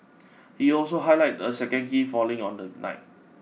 he also highlight a second key falling on the night